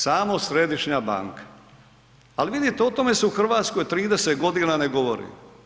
Samo središnja banka, ali vidite o tome se u Hrvatskoj 30 godina ne govori.